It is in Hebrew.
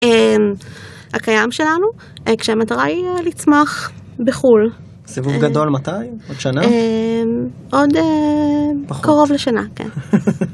הקיים שלנו, כשהמטרה היא לצמח בחו"ל. סיבוב גדול מתי? עוד שנה? עוד קרוב לשנה, כן.